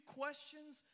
questions